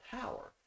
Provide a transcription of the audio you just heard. power